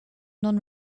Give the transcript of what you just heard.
non